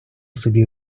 собі